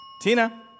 Tina